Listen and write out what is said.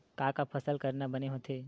का का फसल करना बने होथे?